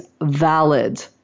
valid